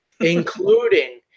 including